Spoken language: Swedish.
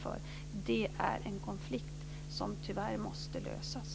Det är en konflikt som tyvärr måste lösas.